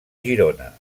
girona